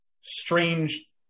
strange